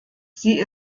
sie